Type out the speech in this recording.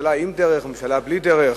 ממשלה עם דרך, ממשלה בלי דרך,